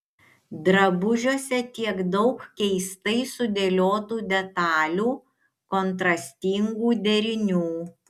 drabužiuose tiek daug keistai sudėliotų detalių kontrastingų derinių